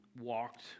walked